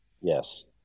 Yes